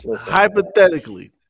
hypothetically